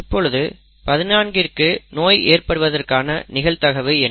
இப்பொழுது 14 கிற்கு நோய் ஏற்படுவதற்கான நிகழ்தகவு என்ன